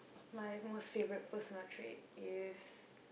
my most favourite personal trait is